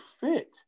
fit